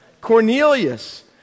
Cornelius